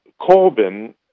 Corbyn